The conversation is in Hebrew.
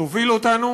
תוביל אותנו